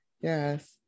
Yes